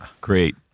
great